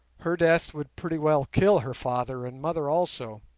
her death would pretty well kill her father and mother also,